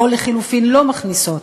או לחלופין לא מכניסות.